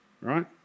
right